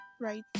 right